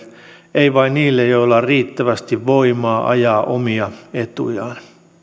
ei vain niille joilla on riittävästi voimaa ajaa omia etujaan